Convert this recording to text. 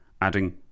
adding